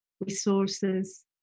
resources